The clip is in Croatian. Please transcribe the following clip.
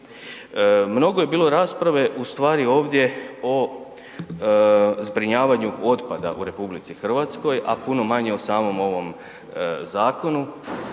Mnogo je bilo rasprave ustvari ovdje o zbrinjavanju otpada u RH, a puno manje o samom ovom zakonu.